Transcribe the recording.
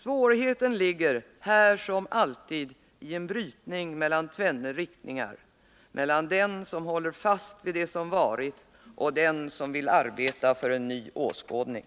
Svårigheten ligger här som alltid i en brytning mellan tvenne riktningar: mellan den som håller fast vid det som varit och den som vill arbeta för en ny åskådning.”